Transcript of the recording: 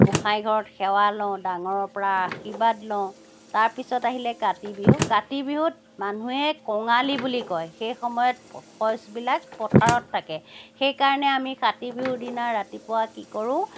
গোঁসাইঘৰত সেৱা লওঁ ডাঙৰৰ পৰা আশীৰ্বাদ লওঁ তাৰপিছত আহিলে কাতি বিহু কাতি বিহুত মানুহে কঙালী বুলি কয় সেই সময়ত শইচবিলাক পথাৰত থাকে সেইকাৰণে আমি কাতি বিহুৰ দিনা ৰাতিপুৱা কি কৰোঁ